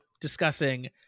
discussing